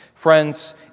Friends